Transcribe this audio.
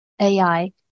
AI